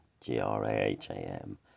G-R-A-H-A-M